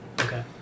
Okay